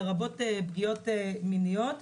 לרבות פגיעות מיניות.